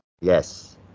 yes